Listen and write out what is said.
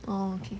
oh okay